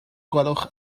gwelwch